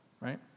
Right